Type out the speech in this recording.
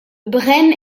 brême